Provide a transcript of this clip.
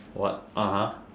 what (uh huh)